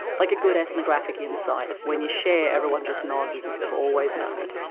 like a good ethnographic insight, when you share, everyone just nods, as if they have always known it.